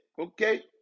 Okay